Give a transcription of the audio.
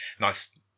nice